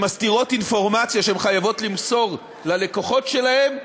שמסתירות אינפורמציה שהן חייבות למסור ללקוחות שלהן,